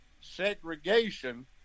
segregation